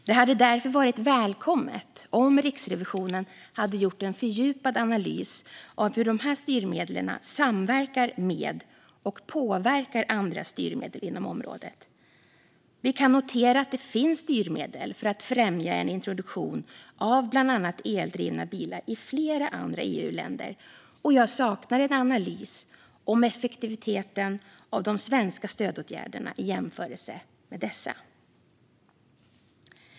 Det hade därför varit välkommet om Riksrevisionen hade gjort en fördjupad analys av hur dessa styrmedel samverkar med och påverkar andra styrmedel inom området. Vi kan notera att det finns styrmedel för att främja en introduktion av bland annat eldrivna bilar i flera andra EU-länder. Jag saknar en analys av effektiviteten i de svenska stödåtgärderna i jämförelse med dessa.